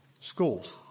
schools